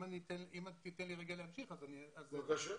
אם תיתן לי להמשיך, אני אסביר.